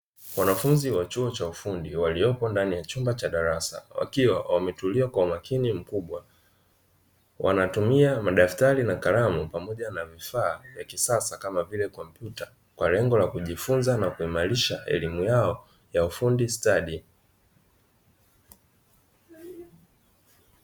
Wanafunzi wa chuo cha ufundi waliopo ndani ya chumba cha darasa, wakiwa wametulia kwa umakini mkubwa. Wanatumia madaftari na kalamu pamoja na vifaa vya kisasa kama vile kompyuta, kwa lengo la kujifunza na kuimarisha elimu yao ya ufundi stadi.